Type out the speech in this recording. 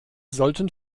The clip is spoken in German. sollten